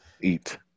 Eat